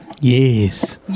Yes